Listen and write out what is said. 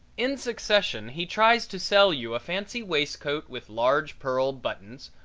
in succession he tries to sell you a fancy waistcoat with large pearl buttons,